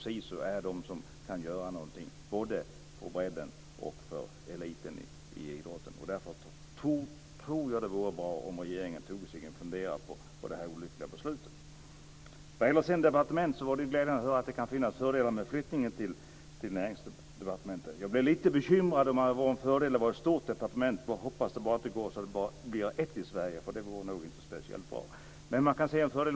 SISU är de som kan göra någonting både på bredden och för eliten i idrotten. Därför tror jag att det vore bra om regeringen tog sig en funderare över det olyckliga beslutet. Vad gäller frågan om departement var det glädjande att höra att det kan finnas fördelar med flyttningen till Näringsdepartementet. Jag blev lite bekymrad över om det är fördelar med ett stort departement. Vi får bara hoppas att det inte blir ett sådant i Sverige. Det skulle nog inte vara speciellt bra.